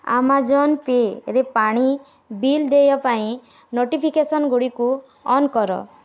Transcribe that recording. Amazon ପେରେ ପାଣି bill ଦେୟ ପାଇଁ ନୋଟିଫିକେସନ୍ଗୁଡ଼ିକୁ ଅନ୍ କର